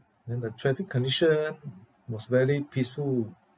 then the traffic condition was very peaceful